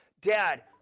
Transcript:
dad